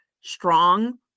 strong